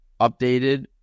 updated